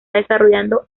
desarrollando